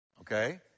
Okay